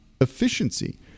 efficiency